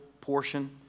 portion